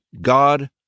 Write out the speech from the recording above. God